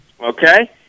Okay